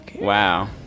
Wow